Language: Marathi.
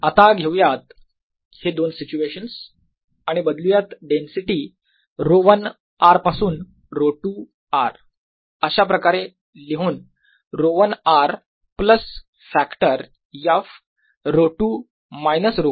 आता घेऊयात हे दोन सिच्युएशन्स आणि बदलूयात डेन्सिटी ρ1 r पासून ρ 2 r अशा प्रकारे लिहून ρ1 r plus factor f ρ2 minus ρ1